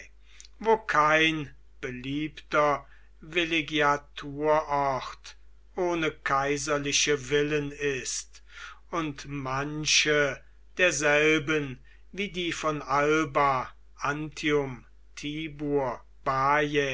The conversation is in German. wo kein beliebter villeggiaturort ohne kaiserliche villen ist und manche derselben wie die von alba